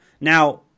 Now